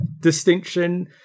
distinction